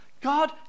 God